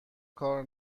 کار